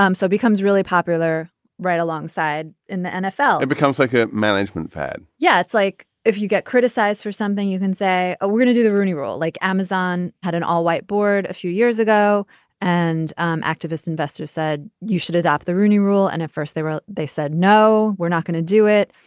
um so becomes really popular right alongside in the nfl it becomes like a management fad yeah. it's like if you get criticized for something, you can say, oh, ah we're gonna do the rooney rule. like amazon had an all white board a few years ago and activist investor said you should adopt the rooney rule. and a first there were they said, no, we're not going to do it.